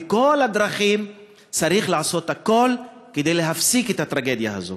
בכל הדרכים צריך לעשות הכול כדי להפסיק את הטרגדיה הזאת.